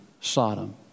Sodom